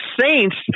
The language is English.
saints